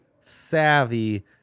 savvy